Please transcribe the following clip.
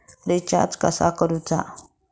Recharge कसा करूचा?